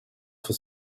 for